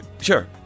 Sure